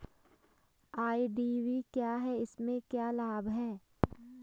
IDV क्या है इसमें क्या लाभ है?